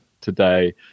today